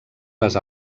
les